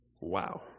Wow